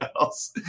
else